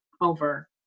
over